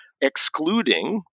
excluding